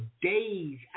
days